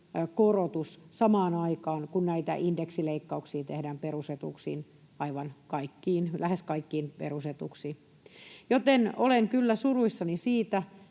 indeksikorotus samaan aikaan, kun näitä indeksileikkauksia tehdään lähes kaikkiin perusetuuksiin. Olen kyllä suruissani siitä,